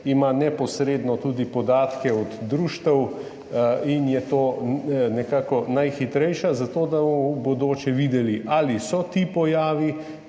neposredno od društev in je to nekako najhitrejše za to, da bomo v bodoče videli, ali so ti pojavi